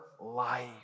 life